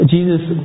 Jesus